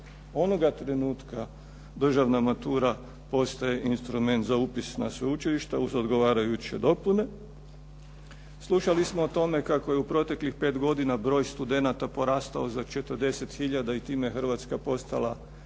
onoga trenutka državna matura postaje instrument za upis na sveučilišta uz odgovarajuće dopune. Slušali smo o tome kako je u proteklih 5 godina broj studenata porastao za 40 tisuća i time Hrvatska postala